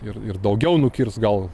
ir ir daugiau nukirs gal